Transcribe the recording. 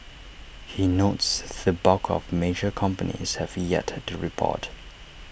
he notes the bulk of major companies have yet to report